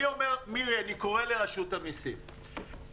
אני קורא לרשות המסים,